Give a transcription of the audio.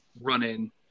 running